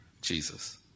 Jesus